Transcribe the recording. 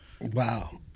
Wow